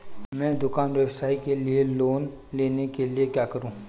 मैं दुकान व्यवसाय के लिए लोंन लेने के लिए क्या करूं?